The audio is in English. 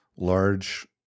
large